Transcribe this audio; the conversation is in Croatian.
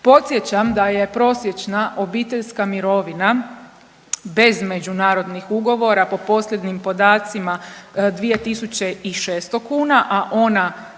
Podsjećam da je prosječna obiteljska mirovina bez međunarodnih ugovora po posljednjim podacima 2600 kuna, a ona